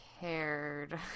cared